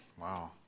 Wow